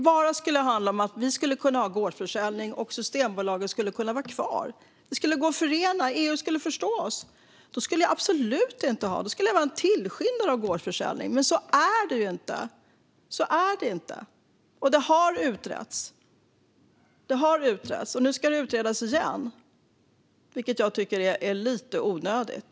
Om detta handlade om att vi skulle kunna ha gårdsförsäljning och ha Systembolaget kvar - om det skulle gå att förena och om EU skulle förstå oss - skulle jag absolut inte ha något emot gårdsförsäljning. Då skulle jag vara en tillskyndare av gårdsförsäljning, men så är det ju inte. Så är det inte, och det har utretts. Nu ska det utredas igen, vilket jag tycker är lite onödigt.